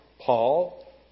Paul